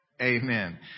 Amen